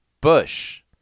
bush